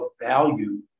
value